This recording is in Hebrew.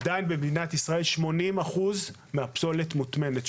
עדיין במדינת ישראל 80% מהפסולת מוטמנת,